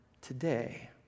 today